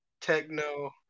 techno